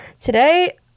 today